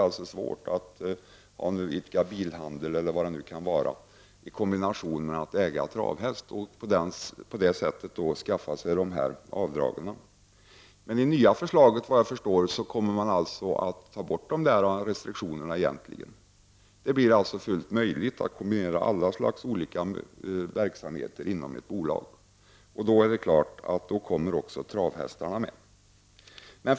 Det är svårt att t.ex. idka bilhandel i kombination med att äga travhäst för att därigenom kunna skaffa sig avdrag. Det nya förslaget innebär, efter vad jag förstår, att man tar bort restriktionerna. Det blir således möjligt att kombinera olika slags verksamhet inom ett bolag. Då kommer också travhästarna med i bilden.